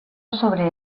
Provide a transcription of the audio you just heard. sobre